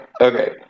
Okay